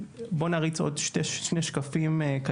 (שקף: